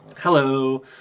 Hello